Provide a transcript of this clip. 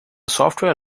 software